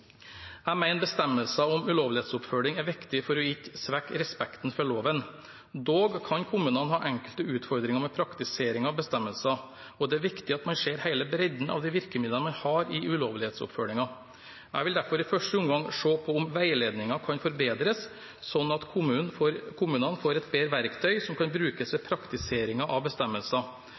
Jeg mener bestemmelsen om ulovlighetsoppfølgning er viktig for ikke å svekke respekten for loven. Dog kan kommunene ha enkelte utfordringer med praktiseringen av bestemmelsen, og det er viktig at man ser hele bredden av de virkemidlene man har i ulovlighetsoppfølgingen. Jeg vil derfor i første omgang se på om veiledningen kan forbedres, sånn at kommunene får et bedre verktøy som kan brukes ved praktiseringen av